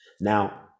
Now